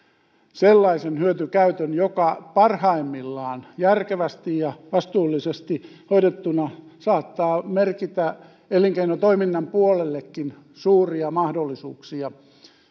sellaisen hyötykäytön joka parhaimmillaan järkevästi ja vastuullisesti hoidettuna saattaa merkitä elinkeinotoiminnan puolellekin suuria mahdollisuuksia